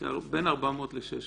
בין 400 ל-600.